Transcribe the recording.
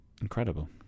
Incredible